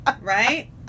right